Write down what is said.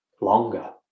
longer